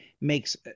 makes